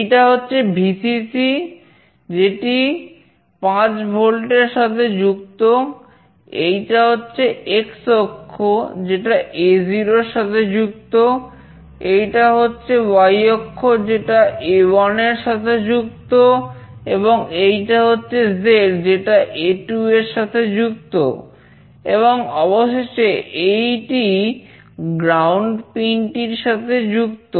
এইটা হচ্ছে Vcc যেটি 5 ভোল্ট পিনটির সাথে যুক্ত